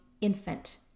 infant